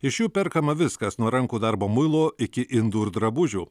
iš jų perkama viskas nuo rankų darbo muilo iki indų ir drabužių